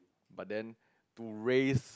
but then to raise